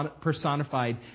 personified